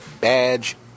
badge